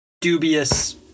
dubious